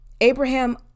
Abraham